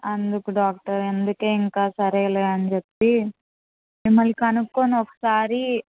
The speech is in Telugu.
అందుకు డాక్టర్ అందుకే ఇంక సరేలే అనిచెప్పి మిమ్మల్ని కనుక్కొని ఒకసారి